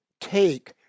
take